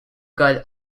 got